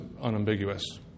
unambiguous